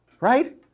right